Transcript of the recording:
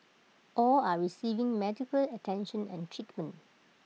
all are receiving medical attention and treatment